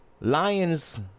Lions